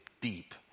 deep